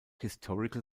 historical